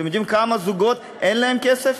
אתם יודעים לכמה זוגות אין כסף?